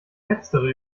letztere